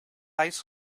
ice